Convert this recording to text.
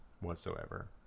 whatsoever